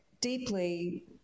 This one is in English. deeply